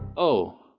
oh,